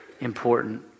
important